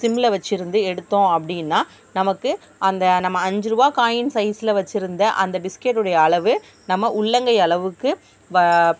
சிம்மில் வச்சுருந்து எடுத்தோம் அப்படின்னா நமக்கு அந்த நம்ம அஞ்சு ருபா காயின் சைஸில் வச்சுருந்த அந்த பிஸ்கெட்டோடைய அளவு நம்ம உள்ளங்கை அளவுக்கு